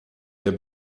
der